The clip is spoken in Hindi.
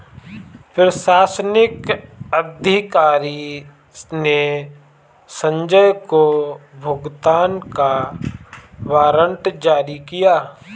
प्रशासनिक अधिकारी ने संजय को भुगतान का वारंट जारी किया